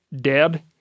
dead